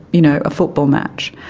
you know, a football match.